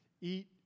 eat